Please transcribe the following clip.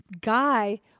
guy